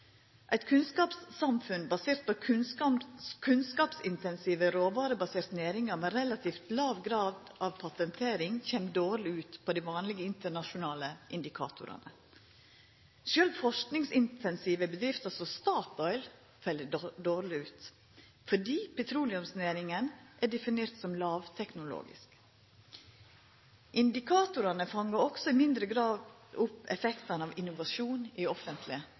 Eit kunnskapssamfunn basert på kunnskapsintensive, råvarebaserte næringar med relativt låg grad av patentering kjem dårleg ut på dei vanlege internasjonale indikatorane. Sjølv forskingsintensive bedrifter som Statoil kjem dårleg ut, fordi petroleumsnæringa er definert som lågteknologisk. Indikatorane fangar også i mindre grad opp effektane av innovasjon i offentleg